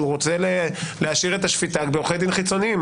שהוא רוצה להשאיר את השפיטה לעורכי דין חיצוניים.